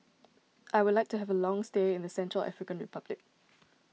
I would like to have a long stay in the Central African Republic